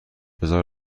بذار